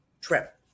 trip